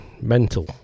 mental